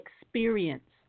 experience